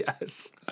Yes